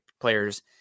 players